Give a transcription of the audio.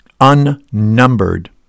unnumbered